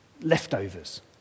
leftovers